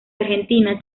argentina